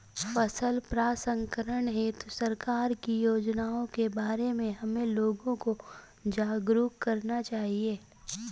फसल प्रसंस्करण हेतु सरकार की योजनाओं के बारे में हमें लोगों को जागरूक करना चाहिए